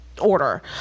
order